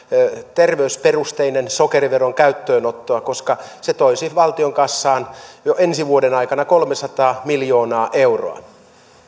terveysperusteisen sokeriveron käyttöönottoa koska se toisi valtion kassaan jo ensi vuoden aikana kolmesataa miljoonaa euroa